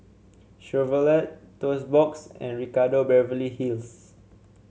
Chevrolet Toast Box and Ricardo Beverly Hills